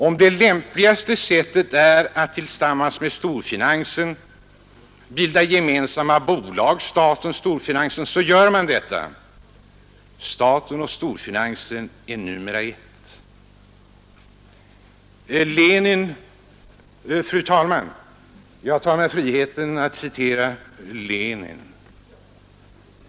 Om det lämpligaste sättet är att tillsammans med storfinansen bilda gemensamma bolag staten-storfinansen, så gör man detta. Staten och storfinansen är numera ett. Fru talman! Jag tar mig friheten att citera Lenin.